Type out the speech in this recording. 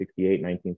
1968